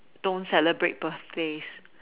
don't celebrate birthdays